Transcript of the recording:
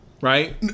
right